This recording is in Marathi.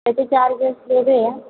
त्याचे चार्जेस वेगळे हां